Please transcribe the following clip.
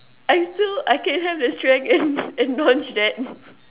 I still I can have the strength and and launch that